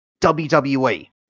WWE